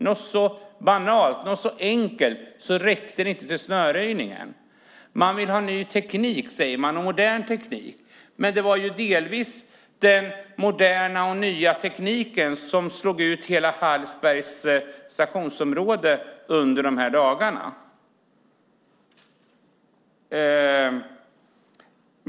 Något så banalt, så enkelt, som snöröjning räckte de inte till. Man vill ha ny teknik, modern teknik, heter det. Men det är ju delvis den nya, den moderna, tekniken som i dagarna slagit ut hela Hallsbergs stationsområde.